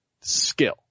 skill